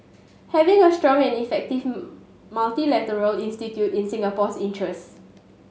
having a strong and effective multilateral institute in Singapore's interest